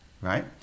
right